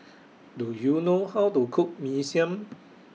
Do YOU know How to Cook Mee Siam